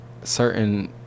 certain